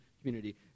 community